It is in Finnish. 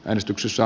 äänestyksessä